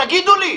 תגידו לי,